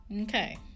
Okay